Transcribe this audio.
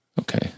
Okay